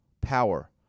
power